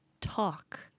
talk